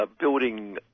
building